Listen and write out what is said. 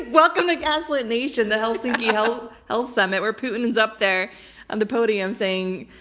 welcome to gaslit nation. the helsinki hell hell summit, where putin is up there on the podium saying,